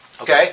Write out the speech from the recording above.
Okay